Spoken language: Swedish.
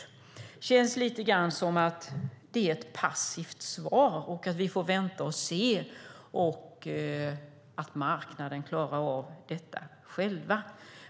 Det känns lite grann som att det är ett passivt svar som bygger på att vi får vänta och se och att marknaden klarar av detta själv.